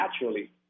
naturally